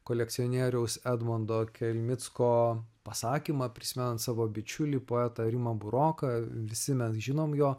kolekcionieriaus edmondo kelmicko pasakymą prisimenant savo bičiulį poetą rimą buroką visi mes žinom jo